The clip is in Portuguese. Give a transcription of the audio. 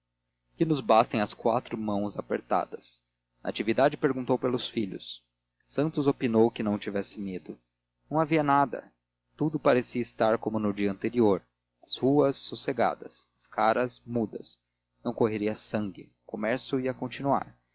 que nos bastem as quatro mãos apertadas natividade perguntou pelos filhos santos opinou que não tivesse medo não havia nada tudo parecia estar como no dia anterior as ruas sossegadas as caras mudas não correria sangue o comércio ia continuar